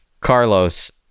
Carlos